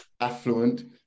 affluent